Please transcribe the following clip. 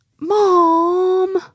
Mom